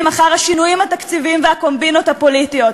אחר השינויים התקציבים והקומבינות הפוליטית,